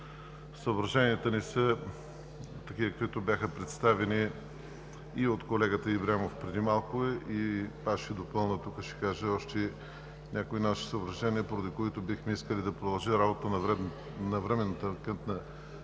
съображенията ни са такива, каквито бяха представени от колегата Ибрямов преди малко. Аз ще допълня, ще кажа още някои наши съображения, поради които бихме искали да продължи работата на Временната анкетна